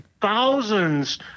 thousands